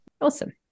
Awesome